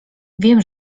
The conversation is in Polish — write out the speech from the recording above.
wiem